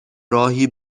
راهی